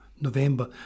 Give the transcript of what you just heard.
november